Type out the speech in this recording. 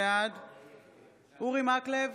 בעד אורי מקלב,